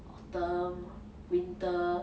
the winter